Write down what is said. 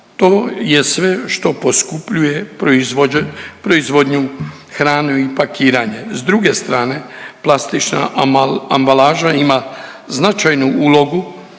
To je sve što poskupljuje proizvodnju hrane i pakiranje. S druge strane plastična ambalaža ima značajnu ulogu